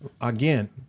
again